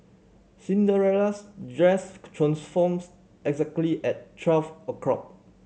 Cinderella's dress transforms exactly at twelve o'clock